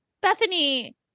Bethany